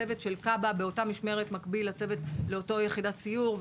צוות של כב"ה באותה משמרת מקביל לצוות באותה יחידת סיור,